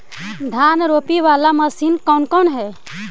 धान रोपी बाला मशिन कौन कौन है?